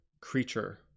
creature